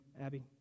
Abby